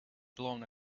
blown